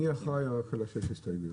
אני אחראי רק על השש הסתייגויות.